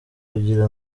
kugira